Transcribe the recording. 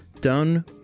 done